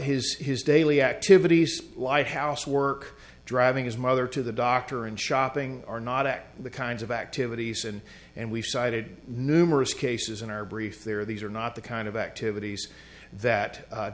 his his daily activities like housework driving his mother to the doctor and shopping are not at the kinds of activities and and we've cited numerous cases in our brief there these are not the kind of activities that